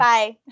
Bye